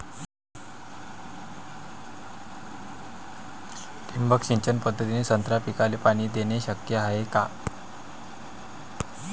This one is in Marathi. ठिबक सिंचन पद्धतीने संत्रा पिकाले पाणी देणे शक्य हाये का?